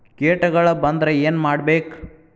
ಕೇಟಗಳ ಬಂದ್ರ ಏನ್ ಮಾಡ್ಬೇಕ್?